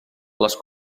les